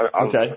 Okay